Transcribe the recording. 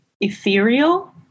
ethereal